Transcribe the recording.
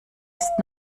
ist